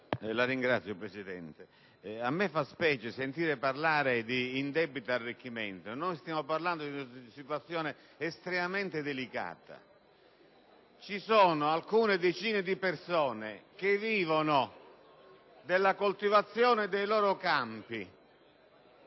Signor Presidente, a me fa specie sentire parlare di indebito arricchimento. Noi stiamo parlando di una situazione estremamente delicata. Ci sono alcune decine di persone che vivono della coltivazione dei loro campi.